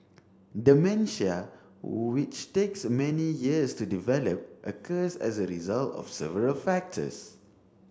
dementia which takes many years to develop occurs as a result of several factors